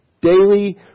Daily